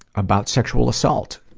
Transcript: about sexual assault,